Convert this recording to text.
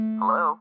Hello